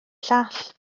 llall